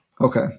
Okay